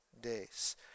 days